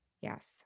Yes